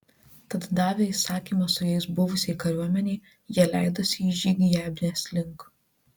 tad davę įsakymą su jais buvusiai kariuomenei jie leidosi į žygį jabnės link